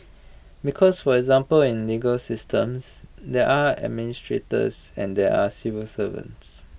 because for example in legal systems there are administrators and there are civil servants